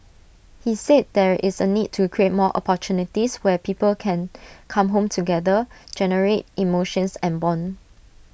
he said there is A need to create more opportunities where people can come home together generate emotions and Bond